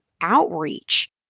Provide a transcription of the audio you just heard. outreach